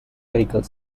vehicle